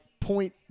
point